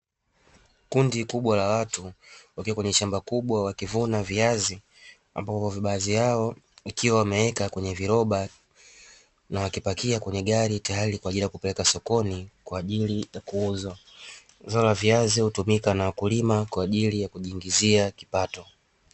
Kundi kubwa la watu wakiwa kwenye shamba wakivuna viazi, ambapo baadhi yao ikiwa wameweka kwenye viroba na wakipakia kwenye gari tayari kwa ajili ya kupeleka sokoni kwa ajili ya kuuzwa. Zao la viazi hutumika na wakulima kwa ajili ya kujiingizia kipato.